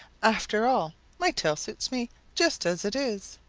after all, my tail suits me just as it is.